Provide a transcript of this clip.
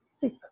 sick